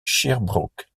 sherbrooke